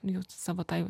jau savo tai